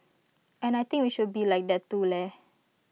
and I think we should be like that too leh